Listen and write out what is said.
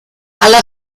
alla